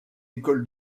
école